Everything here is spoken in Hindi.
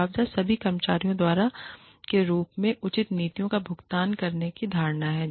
मुआवजा सभी कर्मचारियों द्वारा के रूप में उचित नीतियों का भुगतान करने की धारणा है